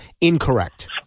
incorrect